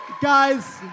Guys